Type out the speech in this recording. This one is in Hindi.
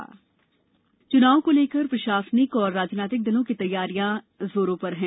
उपचुनाव प्रचार चुनाव को लेकर प्रशासिनक और राजनीतिक दलों की तैयारियां जोरों पर है